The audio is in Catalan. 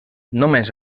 només